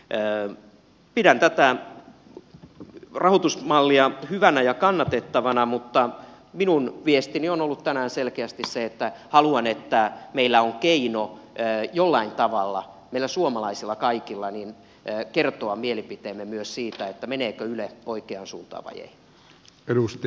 pidän tätä rahoitusmallia hyvänä ja kannatettavana mutta minun viestini on ollut tänään selkeästi se että haluan että meillä on keino jollain tavalla meillä kaikilla suomalaisilla kertoa mielipiteemme myös siitä meneekö yle oikeaan suuntaan vai ei